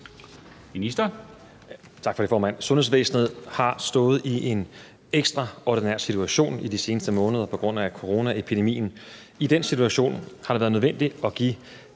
Heunicke): Tak for det, formand. Sundhedsvæsenet har stået i en ekstraordinær situation i de seneste måneder på grund af coronaepidemien. I den situation har det været nødvendigt at give